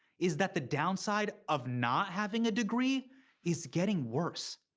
is that the downside of not having a degree is getting worse.